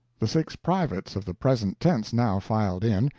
the six privates of the present tense now filed in,